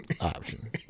option